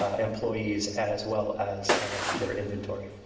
ah employees, as well as their inventory.